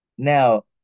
Now